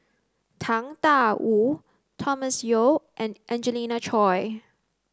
Tang Da Wu Thomas Yeo and Angelina Choy